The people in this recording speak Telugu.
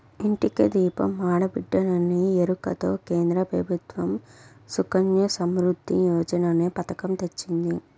ఇంటికి దీపం ఆడబిడ్డేననే ఎరుకతో కేంద్ర ప్రభుత్వం సుకన్య సమృద్ధి యోజననే పతకం తెచ్చింది